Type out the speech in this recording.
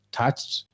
touched